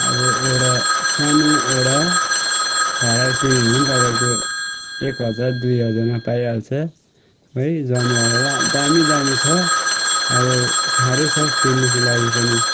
अब एउटा सानो एउटा खरायो किन्यो भने पनि तपाईँको एक हजार दुई हजारमा पाइहाल्छ है जनावरहरू दामी दामी छ अब साह्रै छ किन्नुको लागि पनि